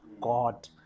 God